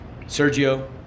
Sergio